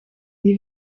die